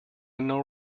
know